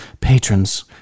patrons